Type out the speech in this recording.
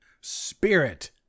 Spirit